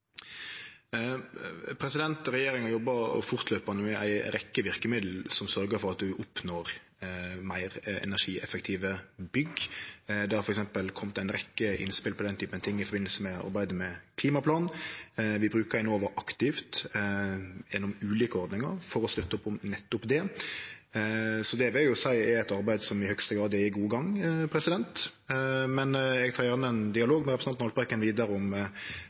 Regjeringa jobbar fortløpande med ei rekkje verkemiddel som sørgjer for at vi oppnår meir energieffektive bygg. Det har f.eks. kome ei rekkje innspel om dette i samband med arbeidet med klimaplanen. Vi bruker Enova aktivt gjennom ulike ordningar for å støtte opp om nettopp det. Så det vil eg seie er eit arbeid som i høgaste grad er i god gang. Eg tek gjerne ein dialog med representanten Haltbrekken vidare om